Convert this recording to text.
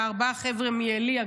ארבעה חבר'ה מעלי,